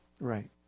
Right